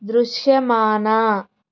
దృశ్యమాన